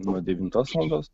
nuo devintos valandos